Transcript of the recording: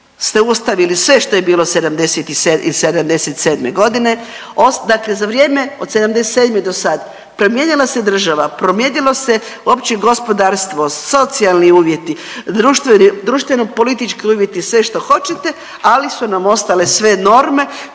ste ostavili sve što je bilo '77. godine. Dakle za vrijem od '77. do sad promijenila se država, promijenilo se opće gospodarstvo, socijalni uvjeti, društveno-politički uvjeti, sve što hoćete ali su nam ostale sve norme